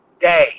day